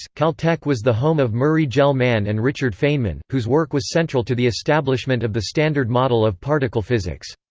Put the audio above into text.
caltech was the home of murray gell-mann and richard feynman, whose work was central to the establishment of the standard model of particle physics.